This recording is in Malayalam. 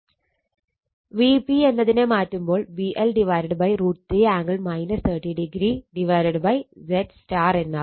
Vp എന്നതിനെ മാറ്റുമ്പോൾ VL√ 3 ആംഗിൾ 30o ZY എന്നാവും